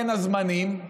בין הזמנים,